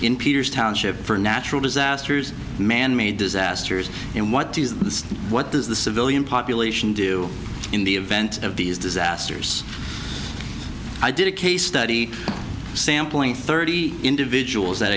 in peters township for natural disasters manmade disasters and what does what does the civilian population do in the event of these disasters i did a case study sampling thirty individuals